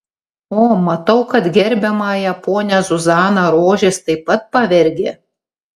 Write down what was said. o matau kad gerbiamąją ponią zuzaną rožės taip pat pavergė